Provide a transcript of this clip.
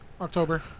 October